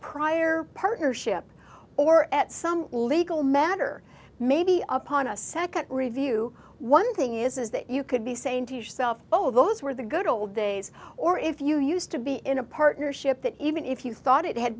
prior partnership or at some legal matter maybe upon a second review one thing is that you could be saying to yourself oh those were the good old days or if you used to be in a partnership that even if you thought it had